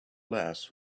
less